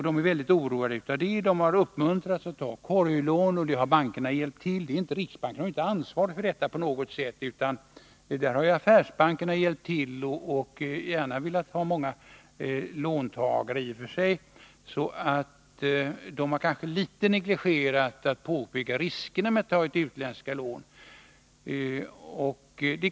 De är mycket oroade över detta. De har uppmuntrats att ta korglån, och det har bankerna hjälpt till med. Riksbanken har inte ansvar för detta, utan här har affärsbankerna hjälpt till och gärna velat ha många låntagare. De har kanske litet grand negligerat att påpeka riskerna med att ta utländska lån.